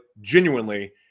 genuinely